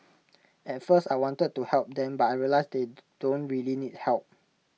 at first I wanted to help them but I realised they don't really need help